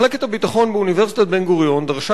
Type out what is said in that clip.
מחלקת הביטחון באוניברסיטת בן-גוריון דרשה